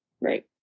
Right